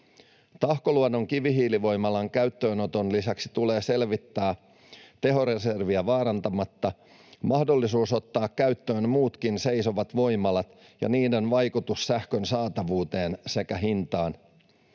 Tahkoluodon kivihiilivoimalan käyttöönoton lisäksi tulee selvittää mahdollisuus ottaa käyttöön tehoreserviä vaarantamatta muutkin seisovat voimalat ja niiden vaikutus sähkön saatavuuteen sekä hintaan.